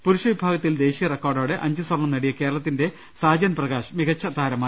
പുരുഷ വിഭാഗത്തിൽ ദേശീയ റെക്കോർഡോടെ അഞ്ച് സ്വർണം നേടിയ കേരളത്തിന്റെ ്സാജൻ പ്രകാശ് മികച്ച താരമായി